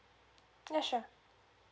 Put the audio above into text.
ya sure